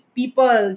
people